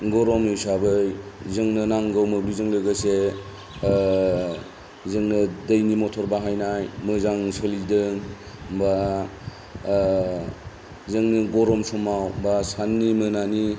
गरम हिसाबै जोंनो नांगौ मोब्लिबजों लोगोसे जोंनो दैनि मथर बाहायनाय मोजां सोलिदों बा जोंनि गरम समाव बा साननि मोनानि